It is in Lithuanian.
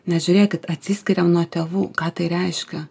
nes žiūrėkit atsiskiriam nuo tėvų ką tai reiškia